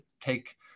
take